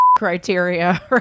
criteria